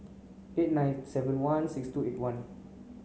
eight nine seven one six two eight one